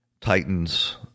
titans